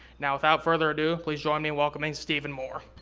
now without further ado, please join me in welcoming stephen moore.